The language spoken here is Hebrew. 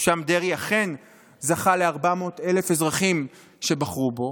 ששם דרעי אכן זכה ל-400,000 אזרחים שבחרו בו,